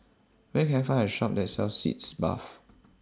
Where Can I Find A Shop that sells Sitz Bath